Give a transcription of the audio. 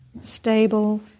stable